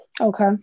okay